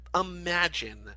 imagine